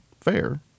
fair